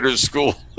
school